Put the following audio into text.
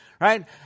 right